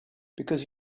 because